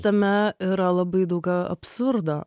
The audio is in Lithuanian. tame yra labai daug absurdo